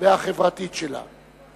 והחברתית שלה.